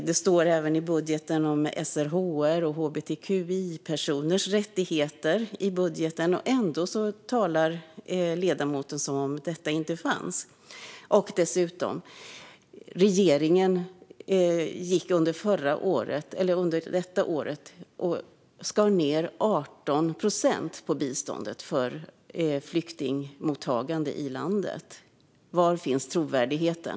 Det står även i budgeten om SRHR och hbtqi-personers rättigheter. Ändå talar ledamoten som om detta inte fanns. Dessutom gick den förra regeringen detta år och skar ned 18 procent på biståndet för flyktingmottagande i landet. Var finns trovärdigheten?